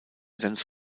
dance